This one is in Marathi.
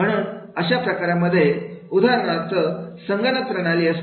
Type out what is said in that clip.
म्हणून अशा प्रकारांमध्ये उदाहरणार्थ संगणक प्रणाली असतील